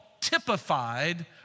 typified